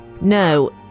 No